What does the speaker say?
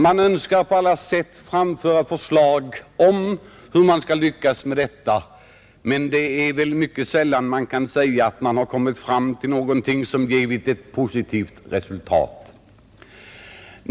Man önskar på alla sätt framföra förslag om hur vi skall lyckas med detta, men det är mycket sällan man har kommit fram till någonting som givit ett positivt resultat.